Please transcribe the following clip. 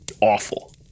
awful